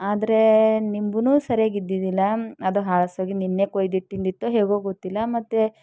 ಆದರೆ ನಿಂಬೂನೂ ಸರಿಯಾಗಿ ಇದ್ದಿದ್ದಿಲ್ಲ ಅದು ಹಳಸೋಗಿ ನಿನ್ನೆ ಕುಯ್ದಿಟ್ಟಿದ್ದಿತ್ತು ಹೇಗೋ ಗೊತ್ತಿಲ್ಲ ಮತ್ತು